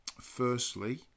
Firstly